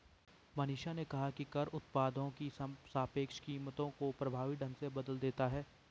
मनीषा ने कहा कि कर उत्पादों की सापेक्ष कीमतों को प्रभावी ढंग से बदल देता है